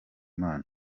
imana